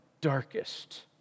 darkest